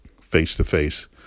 face-to-face